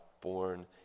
born